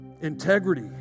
Integrity